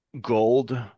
gold